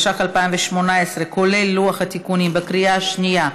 הצעת החוק הנ"ל עברה בקריאה שנייה.